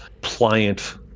pliant